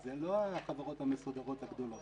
זה לא החברות המסודרות הגדולות,